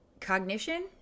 cognition